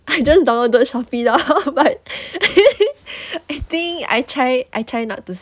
I just downloaded Shopee lah but I think I try I try not to